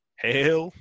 Hail